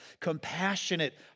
compassionate